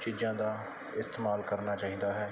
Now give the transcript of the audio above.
ਚੀਜ਼ਾਂ ਦਾ ਇਸਤੇਮਾਲ ਕਰਨਾ ਚਾਹੀਦਾ ਹੈ